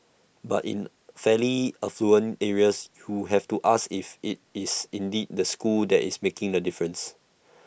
but in fairly affluent areas who have to ask if IT is indeed the school that is making the difference